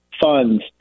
funds